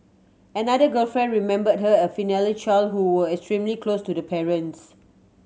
another girlfriend remembered her as a filial child who was extremely close to the parents